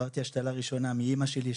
עברתי השתלה ראשונה מאמא שלי,